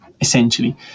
essentially